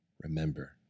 Remember